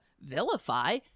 vilify